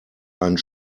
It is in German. einen